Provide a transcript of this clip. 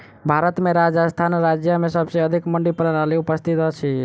भारत में राजस्थान राज्य में सबसे अधिक मंडी प्रणाली उपस्थित अछि